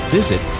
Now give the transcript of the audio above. Visit